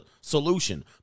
solution